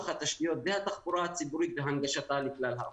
התשתיות והתחבורה הציבורית והנגשה לכלל האוכלוסייה.